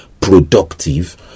productive